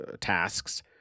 tasks